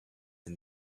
and